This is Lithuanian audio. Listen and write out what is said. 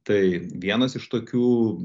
tai vienas iš tokių